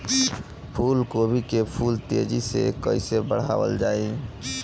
फूल गोभी के फूल तेजी से कइसे बढ़ावल जाई?